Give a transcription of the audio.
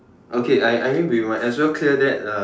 okay I I I mean we might as well clear that lah